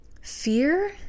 fear